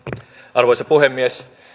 arvoisa puhemies